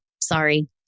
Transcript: sorry